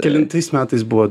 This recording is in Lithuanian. kelintais metais buvo